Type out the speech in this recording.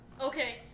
Okay